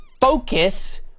focus